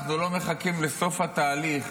אנחנו לא מחכים לסוף התהליך